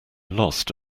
lost